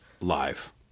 live